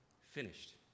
finished